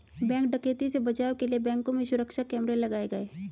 bank डकैती से बचाव के लिए बैंकों में सुरक्षा कैमरे लगाये गये